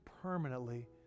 permanently